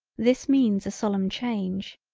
this means a solemn change.